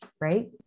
right